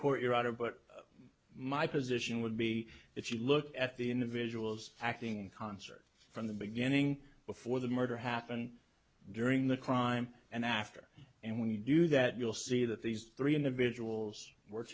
court you're out of but my position would be if you look at the individuals acting in concert from the beginning before the murder happened during the crime and after and when you do that you'll see that these three individuals w